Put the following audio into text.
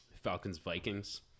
Falcons-Vikings